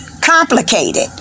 complicated